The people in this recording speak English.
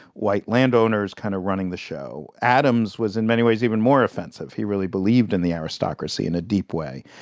white landowners kind of running the show. adams was in many ways even more offensive. he really believed in the aristocracy in a deep way.